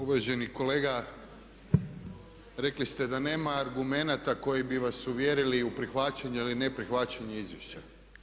Uvaženi kolega, rekli ste da nema argumenata koji bi vas uvjerili u prihvaćanje ili neprihvaćanje izvješća.